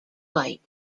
light